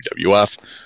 WWF